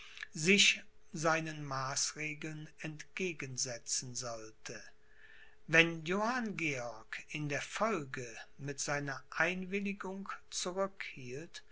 sich seinen maßregeln entgegensetzen sollte wenn johann georg in der folge mit seiner einwilligung